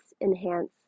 enhance